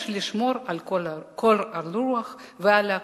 יש לשמור על קור הרוח ועל הכוחות.